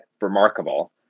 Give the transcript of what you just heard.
remarkable